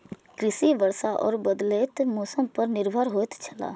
कृषि वर्षा और बदलेत मौसम पर निर्भर होयत छला